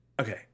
okay